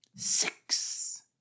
Six